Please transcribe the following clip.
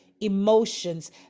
emotions